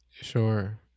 Sure